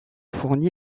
fourni